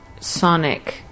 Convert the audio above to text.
sonic